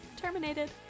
terminated